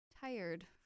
Tired